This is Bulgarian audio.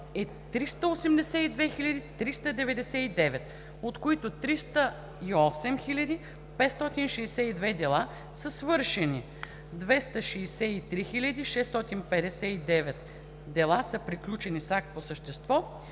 е 382 399, от които 308 562 дела са свършени, 263 659 дела са приключени с акт по същество,